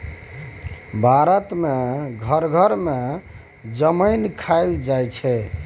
भारत मे घर घर मे जमैन खाएल जाइ छै